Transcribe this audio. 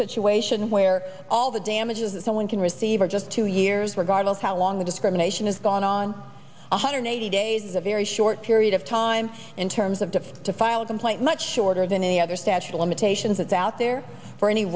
situation where all the damages that someone can receive are just two years regardless how long the discrimination has gone on one hundred eighty days is a very short period of time in terms of defense to file a complaint much shorter than any other statute of limitations that's out there for any